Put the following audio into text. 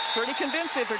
pretty convincing